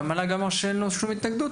והמל"ג אמר שאין לו שום התנגדות.